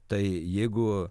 tai jeigu